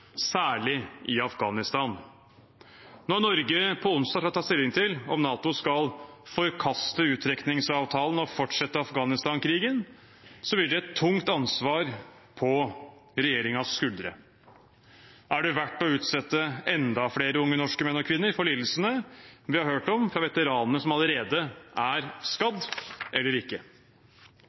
særlig i Afghanistan. Når Norge på onsdag skal ta stilling til om NATO skal forkaste uttrekningsavtalen og fortsette Afghanistan-krigen, hviler det et tungt ansvar på regjeringens skuldre. Er det verdt å utsette enda flere unge norske menn og kvinner for lidelsene vi har hørt om fra veteranene som allerede er skadd, eller ikke?